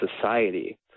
society